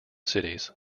cities